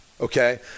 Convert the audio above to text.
Okay